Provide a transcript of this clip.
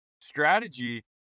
strategy